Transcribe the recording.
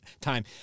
time